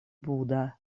buda